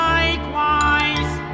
Likewise